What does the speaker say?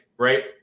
Right